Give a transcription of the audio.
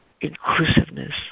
inclusiveness